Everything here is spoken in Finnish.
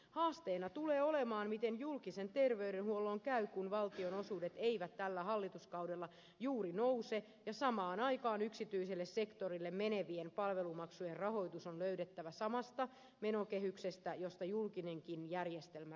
haasteena tulee olemaan miten julkisen terveydenhuollon käy kun valtionosuudet eivät tällä hallituskaudella juuri nouse ja samaan aikaan yksityiselle sektorille menevien palvelumaksujen rahoitus on löydettävä samasta menokehyksestä josta julkinenkin järjestelmä rahoitetaan